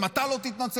אם אתה לא תתנצל,